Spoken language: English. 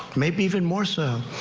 maybe even more so.